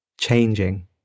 Changing